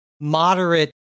moderate